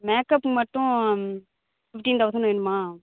makeup மட்டும் fifteen thousand வேணும்மா